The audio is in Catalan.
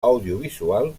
audiovisual